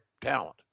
talent